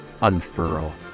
unfurl